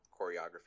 choreography